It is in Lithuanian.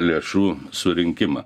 lėšų surinkimą